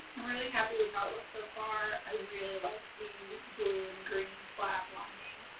really happy with how it looks so far. i really like the blue and green plaid lining.